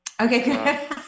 Okay